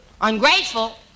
Ungrateful